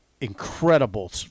incredible